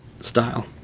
style